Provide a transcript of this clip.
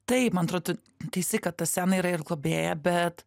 taip man atrodo tu teisi kad ta scena yra ir globėja bet